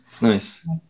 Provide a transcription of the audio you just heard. Nice